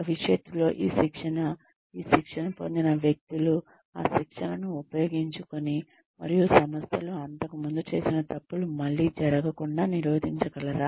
భవిష్యత్తులో ఈ శిక్షణ ఈ శిక్షణ పొందిన వ్యక్తులు ఆ శిక్షణను ఉపయోగించుకోనీ మరియు సంస్థలో అంతకుముందు చేసిన తప్పులు మళ్లీ జరగకుండా నిరోధించగలరా